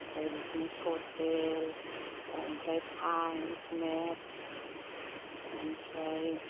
ओमफ्राय बिदिनो ससेल ओमफ्राय साइन्स मेथ्स ओमफ्राय